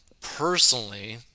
personally